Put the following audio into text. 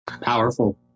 powerful